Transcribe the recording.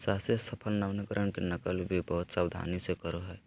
साहसी सफल नवकरण के नकल भी बहुत सावधानी से करो हइ